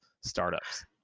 startups